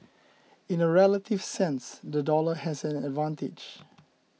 in a relative sense the dollar has an advantage